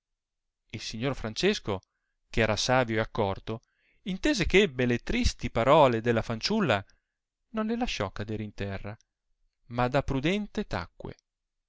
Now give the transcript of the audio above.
il signor francesco eh era savio e accorto intese ch'ebbe le tristi parole della fanciulla non le lasciò cader in terra ma da prudente tacque